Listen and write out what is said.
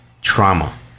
trauma